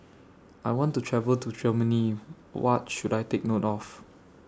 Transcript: I want to travel to Germany What should I Take note of